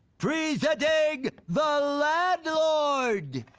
presenting. the landlord!